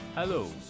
Hello